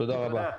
תודה רבה.